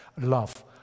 love